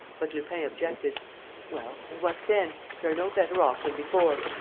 but lupin objected well? and what then? we are no better off than before.